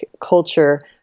culture